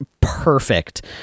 perfect